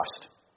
trust